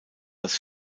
das